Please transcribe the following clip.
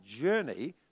journey